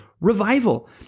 revival